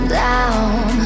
down